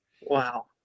Wow